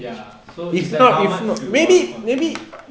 ya so it's like how much you want to continue